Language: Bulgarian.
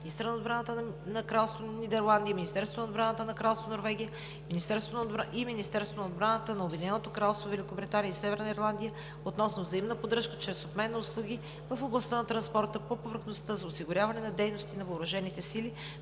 министъра на отбраната на Кралство Нидерландия, Министерството на отбраната на Кралство Норвегия и Министерството на отбраната на Обединеното кралство Великобритания и Северна Ирландия относно взаимна поддръжка чрез обмен на услуги в областта на транспорта по повърхността за осигуряване на дейности на въоръжените сили